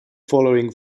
following